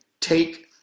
take